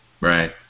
right